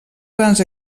grans